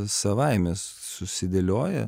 savaime susidėlioja